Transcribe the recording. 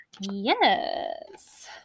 Yes